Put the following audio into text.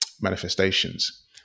manifestations